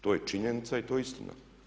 To je činjenica i to je istina.